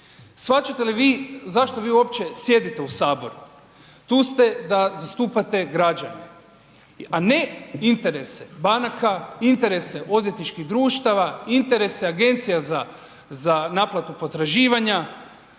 Shvaćate li vi zašto vi uopće sjedite u HS? Tu ste da zastupate građane, a ne interese banaka, interese odvjetničkih društava, interese Agencija za naplatu potraživanja,